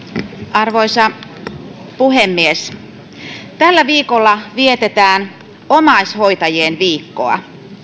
arvoisa puhemies tällä viikolla vietetään omaishoitajien viikkoa